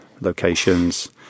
locations